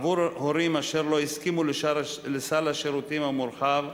עבור הורים אשר לא הסכימו לסל השירותים המורחב,